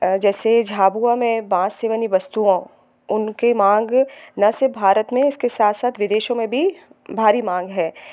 जैसे झाबुआ में बांस वाली वस्तुओं उनके मांग न सिर्फ़ भारत में है उसके साथ साथ विदेशों में भी भारी मांग है